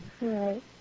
Right